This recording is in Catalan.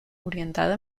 orientada